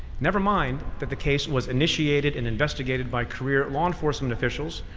never mind that the case was initiated and investigated by career law enforcement officials,